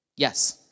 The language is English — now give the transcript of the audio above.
Yes